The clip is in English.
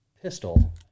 pistol